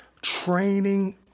Training